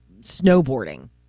snowboarding